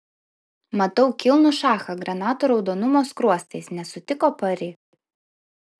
matau kilnų šachą granatų raudonumo skruostais nesutiko pari